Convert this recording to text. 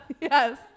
Yes